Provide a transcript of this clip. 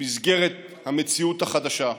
במסגרת המציאות החדשה,